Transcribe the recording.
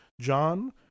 John